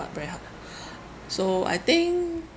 but very hard so I think